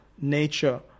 nature